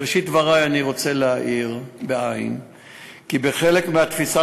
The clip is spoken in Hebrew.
בראשית דברי אני רוצה להעיר כי כחלק מהתפיסה